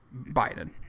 Biden